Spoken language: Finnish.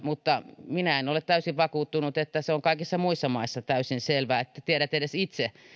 mutta minä en ole täysin vakuuttunut että se on kaikissa muissa maissa täysin selvää että tiedät edes itse